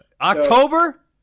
October